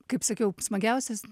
kaip sakiau smagiausias